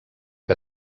que